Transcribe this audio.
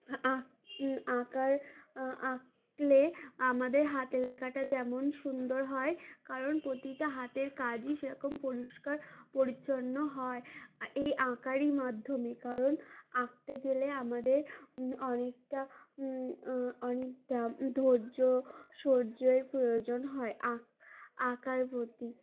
আঁক আঁকার আঁকলে আমাদের হাত লেখাটা যেমন সুন্দর হয় কারণ প্রতিটা হাতের কাজই সেরকম পরিষ্কার পরিচ্ছন্ন হয় এই আঁকারই মাধ্যমে কারণ আঁকতে গেলে আমাদের অনেকটা অনেকটা ধৈর্য সর্যের প্রয়োজন হয় আঁক আঁকার প্রতি